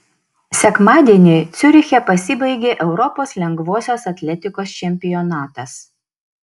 sekmadienį ciuriche pasibaigė europos lengvosios atletikos čempionatas